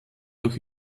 durch